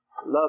love